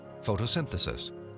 photosynthesis